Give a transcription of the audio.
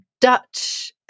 Dutch